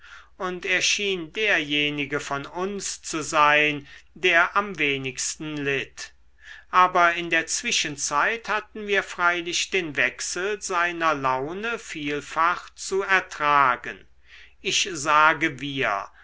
und er schien derjenige von uns zu sein der am wenigsten litt aber in der zwischenzeit hatten wir freilich den wechsel seiner laune vielfach zu ertragen ich sage wir